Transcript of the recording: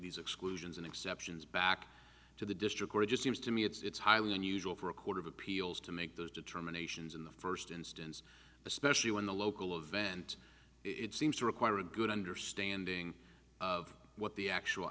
these exclusions and exceptions back to the district where it just seems to me it's highly unusual for a court of appeals to make those determinations in the first instance especially when the local of vent it seems to require a good understanding of what the actual